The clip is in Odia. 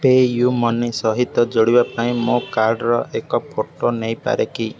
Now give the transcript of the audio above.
ପେୟୁ ମନି ସହିତ ଯୋଡ଼ିବା ପାଇଁ ମୋ କାର୍ଡ଼ର ଏକ ଫଟୋ ନେଇପାରେ କି